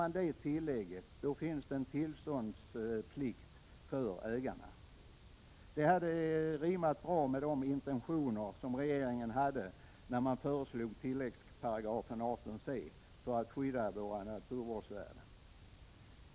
Med det tillägget skulle man ha åstadkommit en tillståndsplikt för ägarna. Det hade rimmat helt med de intentioner som regeringen hade när man föreslog tilläggsparagrafen 18 c för att skydda våra naturvärden.